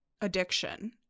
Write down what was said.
addiction